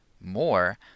more